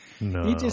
No